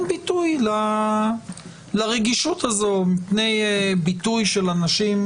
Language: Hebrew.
ביטוי לרגישות הזאת מפני ביטוי של אנשים